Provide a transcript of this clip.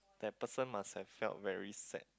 that person must have felt very sad